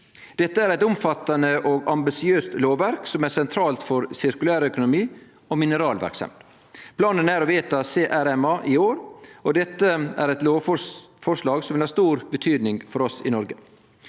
Dette er eit omfattande og ambisiøst lovverk som er sentralt for sirkulærøkonomi og mineralverksemd. Planen er å vedta CRMA i år, og dette er eit lovforslag som vil ha stor betydning for oss i Noreg.